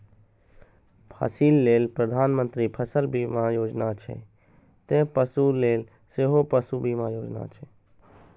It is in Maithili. फसिल लेल प्रधानमंत्री फसल बीमा योजना छै, ते पशु लेल सेहो पशु बीमा योजना छै